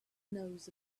knows